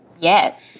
Yes